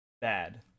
bad